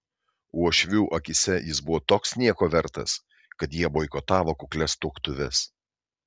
uošvių akyse jis buvo toks nieko vertas kad jie boikotavo kuklias tuoktuves